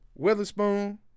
Weatherspoon